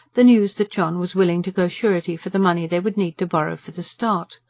the news that john was willing to go surety for the money they would need to borrow for the start.